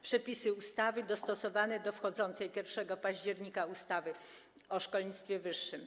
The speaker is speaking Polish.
Przepisy ustawy są dostosowane do wchodzącej w życie 1 października ustawy o szkolnictwie wyższym.